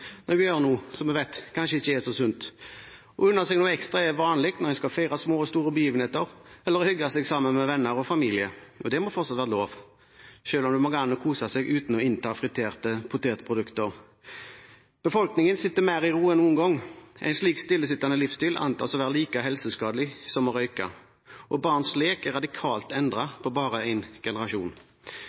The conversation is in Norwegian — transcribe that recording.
når vi gjør noe som vi vet kanskje ikke er så sunt. Å unne seg noe ekstra er vanlig når man skal feire små og store begivenheter eller hygge seg sammen med venner og familie. Det må fortsatt være lov, selv om det må gå an å kose seg uten å innta friterte potetprodukter. Befolkningen sitter mer i ro enn noen gang. En slik stillesittende livsstil antas å være like helseskadelig som å røyke. Barns lek er radikalt endret på bare én generasjon.